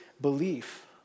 belief